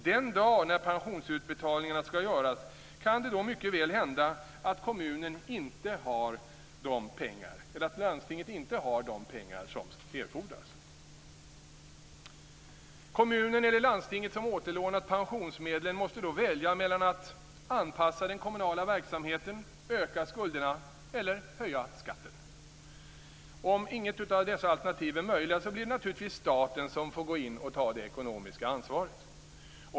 Den dag när pensionsutbetalningarna skall göras kan det då mycket väl hända att kommunen eller landstinget inte har de pengar som erfordras. Kommunen eller landstinget som återlånat pensionsmedlen måste då välja mellan att anpassa den kommunala verksamheten, öka skulderna eller höja skatten. Om inget av dessa alternativ är möjliga blir det naturligtvis staten som får gå in och ta det ekonomiska ansvaret.